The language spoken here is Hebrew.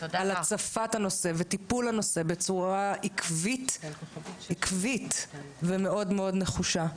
על הצפת הנושא וטיפול הנושא בצורה עקבית ומאוד נחושה.